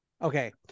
Okay